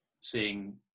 seeing